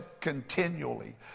continually